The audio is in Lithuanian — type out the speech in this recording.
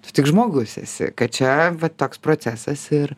tu tik žmogus esi kad čia va toks procesas ir